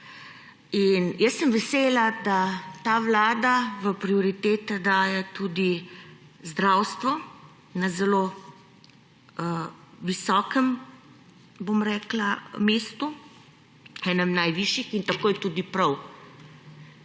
Jaz sem vesela, da ta vlada med prioritete daje tudi zdravstvo na zelo visokem mestu, enem najvišjih, in tako je tudi prav.